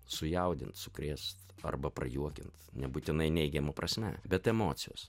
sujaudint sukrėst arba prajuokint nebūtinai neigiama prasme bet emocijos